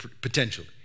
potentially